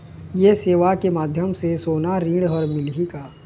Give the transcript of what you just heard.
ये सेवा के माध्यम से सोना ऋण हर मिलही का?